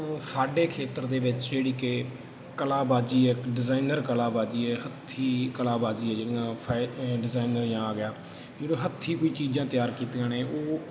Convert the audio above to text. ਸਾਡੇ ਖੇਤਰ ਦੇ ਵਿੱਚ ਜਿਹੜੀ ਕਿ ਕਲਾ ਬਾਜੀ ਹੈ ਇੱਕ ਡਿਜ਼ਾਇਨਰ ਕਲਾ ਬਾਜੀ ਹੈ ਹੱਥੀ ਕਲਾ ਬਾਜੀ ਹੈ ਜਿਹੜੀਆਂ ਫਾਏ ਡਿਜ਼ਾਇਨਰ ਜਾਂ ਆ ਗਿਆ ਜਦੋਂ ਹੱਥੀ ਕੋਈ ਚੀਜ਼ਾਂ ਤਿਆਰ ਕੀਤੀਆਂ ਨੇ ਉਹ